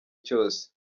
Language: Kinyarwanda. cyose